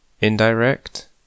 indirect